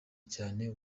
cyane